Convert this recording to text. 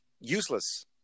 useless